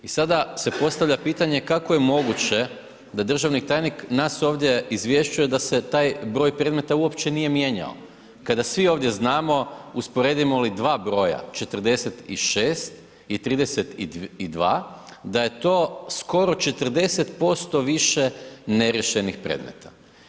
I sada se postavlja pitanje kako je moguće da državni tajnik nas ovdje izvješćuje da se taj broj predmeta uopće nije mijenjao kada svi ovdje znamo usporedimo li dva broja 46 i 32 da je to skoro 40% više ne riješenih predmeta.